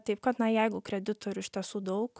taip kad na jeigu kreditorių iš tiesų daug